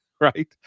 right